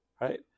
right